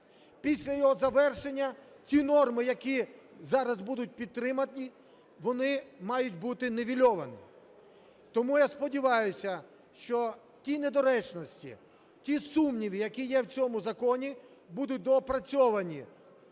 Після його завершення, ті норми, які зараз будуть підтримані вони мають бути нівельовані. Тому я сподіваюсь, що ті недоречності, ті сумніви, які є в цьому законі будуть доопрацьовані